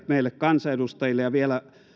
meille kansanedustajille ja vielä